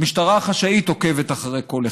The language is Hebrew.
המשטרה החשאית עוקבת אחרי כל אחד,